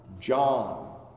John